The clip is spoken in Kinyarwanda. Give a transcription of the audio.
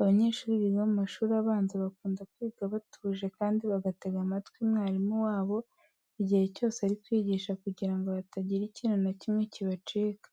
Abanyeshuri biga mu mashuri abanza bakunda kwiga batuje kandi bagatega amatwi mwarimu wabo igihe cyose ari kwigisha kugira ngo hatagira ikintu na kimwe kibacika.